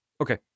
Okay